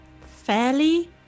fairly